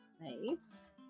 Nice